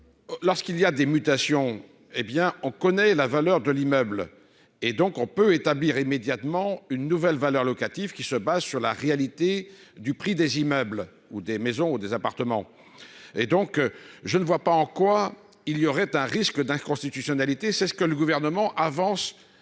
lorsqu'il y a des mutations, hé bien, on connaît la valeur de l'immeuble et donc on peut établir immédiatement une nouvelle valeur locative qui se base sur la réalité du prix des immeubles ou des maisons ou des appartements et donc je ne vois pas en quoi il y aurait un risque d'inconstitutionnalité, c'est ce que le gouvernement avance